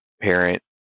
parent